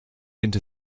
into